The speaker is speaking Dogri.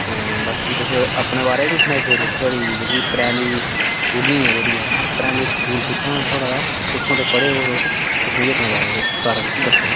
ते बाकी तुस अपने बारे च बी सनाई सकदे ओह् तुस कि थुआढ़ी जेह्ड़ी प्राइमरी स्कूलिंग ऐ जेह्ड़ी ऐ प्रेामरी स्कूल कुत्थै हा थुआढ़ा कुत्थूं दा पढे हो तुस मिकी अपने बारे सारा किश दस्सो